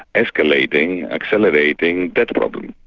escalating, accelerating debt problem.